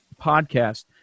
podcast